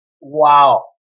Wow